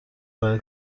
برای